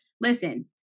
listen